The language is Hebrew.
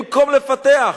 במקום לפתח,